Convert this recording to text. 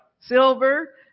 Silver